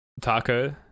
taco